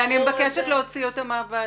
אני מבקשת להוציא אותה מהוועדה.